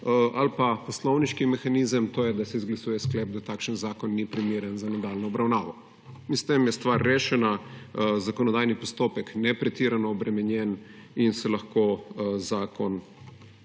Ali pa poslovniški mehanizem, in sicer da se izglasuje, da takšen zakon ni primeren za nadaljnjo obravnavo. In s tem je stvar rešena, zakonodajni postopek nepretirano obremenjen in se lahko zakon